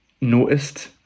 noticed